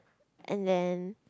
and then